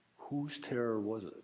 whose terror was it?